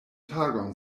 tagon